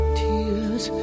tears